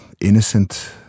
innocent